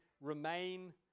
remain